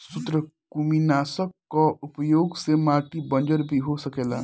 सूत्रकृमिनाशक कअ उपयोग से माटी बंजर भी हो सकेला